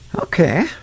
Okay